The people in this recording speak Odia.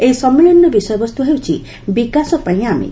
ଏହି ସମ୍ମିଳନୀର ବିଷୟବସ୍ତୁ ହେଉଛି ବିକାଶପାଇଁ ଆମେ